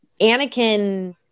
Anakin